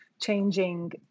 changing